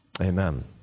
amen